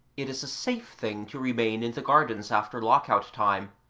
it is a safe thing to remain in the gardens after lock-out time.